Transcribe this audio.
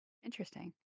interesting